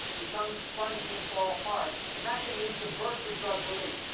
become spongy, and fall apart. and that can lead to bursts of drug release,